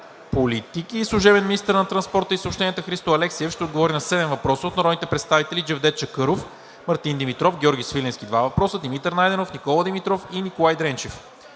политики и служебен министър на транспорта и съобщенията Христо Алексиев ще отговори на седем въпроса от народните представители